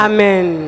Amen